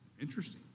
Interesting